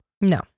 no